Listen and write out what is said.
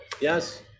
yes